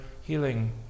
healing